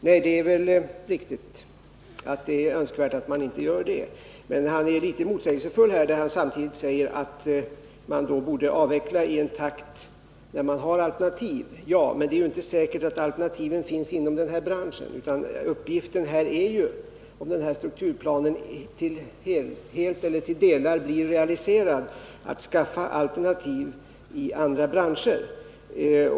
Nej, det är riktigt att det är önskvärt, men han är litet motsägelsefull, då han samtidigt säger att man borde avveckla i en takt där man har alternativ. Ja, men det är inte säkert att alternativen finns inom den här branschen, utan uppgiften är ju, om strukturplanen helt eller delvis blir realiserad, att skaffa alternativ i andra branscher.